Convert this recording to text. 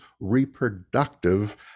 reproductive